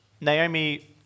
Naomi